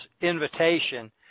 invitation